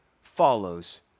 follows